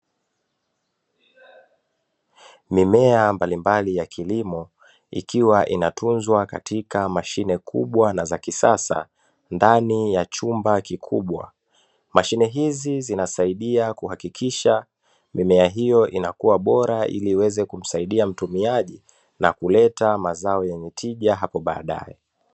Mimea mbalimbali ya kilimo ikiwa inatunzwa katika mashine kubwa na zakisasa ndani ya chumba kikubwa, mashine hizi zinasaidia kuhakikisha mimea hiyo inakua bora ili iweze kumsaidia mtumiaji na kuleta mazao yenye tija hapo baadaye.